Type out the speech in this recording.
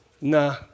Nah